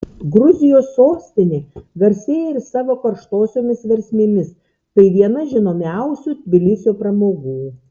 gruzijos sostinė garsėja ir savo karštosiomis versmėmis tai viena žinomiausių tbilisio pramogų